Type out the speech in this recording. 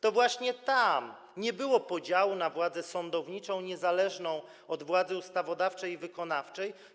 To właśnie tam nie było trójpodziału, władzy sądowniczej niezależnej od władzy ustawodawczej i wykonawczej.